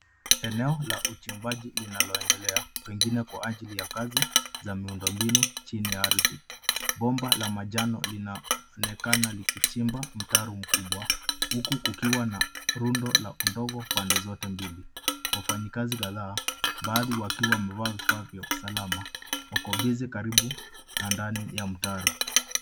Eneo la uchimbaji linaloendelea, pengine kwa ajili ya kazi za miundombinu chini ya ardhi. Bomba la manjano linaonekana likichimba mtaro mkubwa huku kukiwa na rundo la udongo pande zote mbili. Wafanyikazi kadhaa, baadhi wakiwa wamevaa vifaa vya usalama wako busy karibu na ndani ya mtaro.